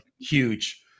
huge